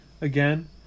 again